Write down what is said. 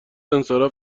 انصراف